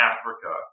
Africa